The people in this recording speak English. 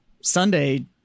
Sunday